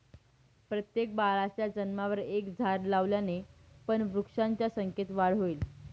प्रत्येक बाळाच्या जन्मावर एक झाड लावल्याने पण वृक्षांच्या संख्येत वाढ होईल